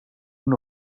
moet